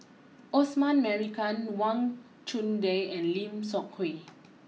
Osman Merican Wang Chunde and Lim Seok Hui